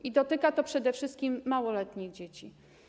I dotyka to przede wszystkim małoletnie dzieci.